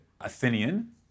Athenian